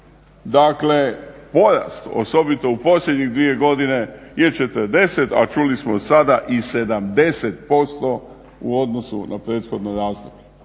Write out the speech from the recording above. Dakle, porast osobito u posljednjih dvije godine je 40 a čuli smo sada i 70% u odnosu na prethodno razdoblje.